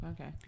okay